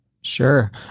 Sure